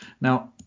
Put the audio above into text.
now